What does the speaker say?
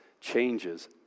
changes